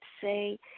say